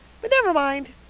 but never mind.